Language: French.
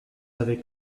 avec